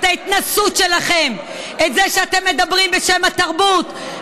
את ההתנשאות שלכם, את זה שאתם מדברים בשם התרבות.